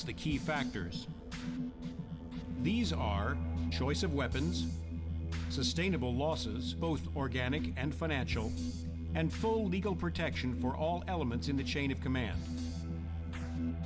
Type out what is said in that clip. key factors these are choice of weapons sustainable losses both organic and financial and full legal protection for all elements in the chain of command